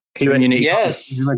Yes